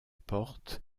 porte